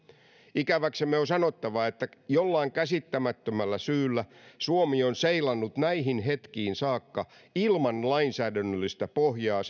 ikäväksemme on sanottava että jollain käsittämättömällä syyllä suomi on seilannut näihin hetkiin saakka ilman lainsäädännöllistä pohjaa